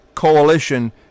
coalition